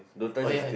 oh ya ya